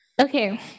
okay